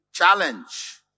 Challenge